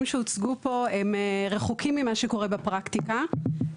שהוצגו פה רחוקים ממה שקורה בפרקטיקה,